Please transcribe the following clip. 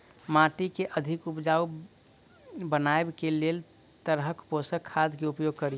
माटि केँ अधिक उपजाउ बनाबय केँ लेल केँ तरहक पोसक खाद केँ उपयोग करि?